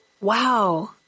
Wow